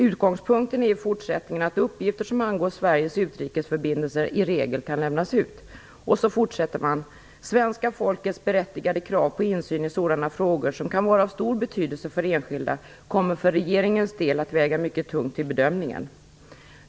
Utgångspunkten är i fortsättningen att uppgifter som angår Sveriges utrikesförbindelser i regel kan lämnas ut." Vidare säger man: "Svenska folkets berättigade krav på insyn i sådana frågor - som kan vara av stor betydelse för enskilda - kommer för regeringens del att väga mycket tungt vid bedömningen."